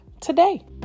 today